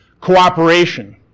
cooperation